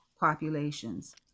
populations